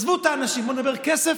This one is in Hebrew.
עזבו את האנשים, נדבר כסף.